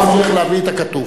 צריך להביא את הכתוב.